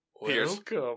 welcome